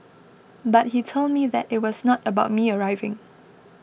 but he told me that it was not about me arriving